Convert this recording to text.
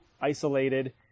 isolated